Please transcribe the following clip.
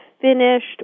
finished